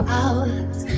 hours